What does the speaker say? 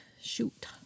Shoot